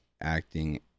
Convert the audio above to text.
acting